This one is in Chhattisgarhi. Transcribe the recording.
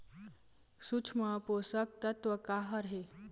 सूक्ष्म पोषक तत्व का हर हे?